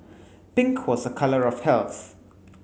pink was a colour of health